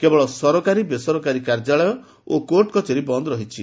କେବଳ ସରକାରୀ ବେସରକାରୀ କାର୍ଯ୍ୟାଳୟ ଓ କୋର୍ଟକଚେରୀ ବନ୍ଦ ରହିଛି